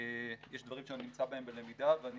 יש דברים שאני נמצא בהם בלמידה ואני